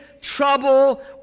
trouble